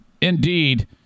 indeed